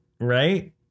right